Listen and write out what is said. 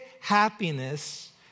happiness